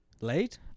Late